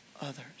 others